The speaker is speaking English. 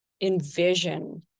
envision